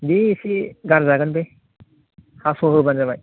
बे एसे गारजागोन बे पासस' होबानो जाबाय